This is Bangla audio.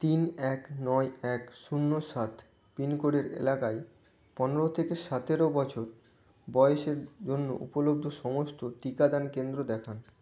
তিন এক নয় এক শূন্য সাত পিন কোডের এলাকায় পনেরো থেকে সতেরো বছর বয়সের জন্য উপলব্ধ সমস্ত টিকাদান কেন্দ্র দেখান